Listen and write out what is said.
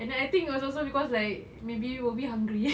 and I think it was also cause like maybe we were hungry